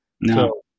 No